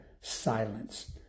Silence